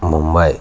Mumbai